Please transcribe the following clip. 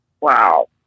Wow